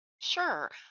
Sure